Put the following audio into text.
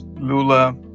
Lula